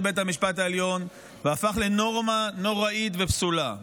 בית המשפט העליון והפך לנורמה נוראית ופסולה.